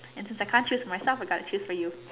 and since I can't choose myself I got to choose for you